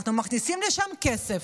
אנחנו מכניסים לשם כסף,